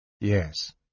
Yes